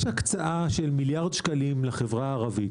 יש הקצאה של מיליארד שקלים לחברה הערבית,